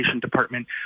department